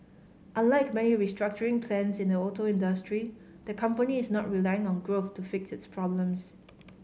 unlike many restructuring plans in the auto industry the company is not relying on growth to fix its problems